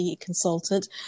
consultant